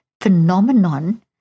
phenomenon